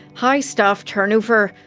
high staff turnover,